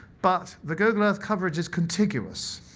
but the google earth coverage is contiguous.